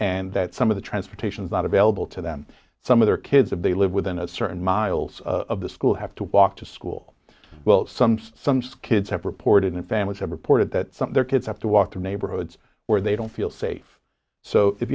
and that some of the transportation is not available to them some of their kids if they live within a certain miles of the school have to walk to school well sums sums kids have reported in families have reported that some of their kids have to walk to neighborhoods where they don't feel safe so if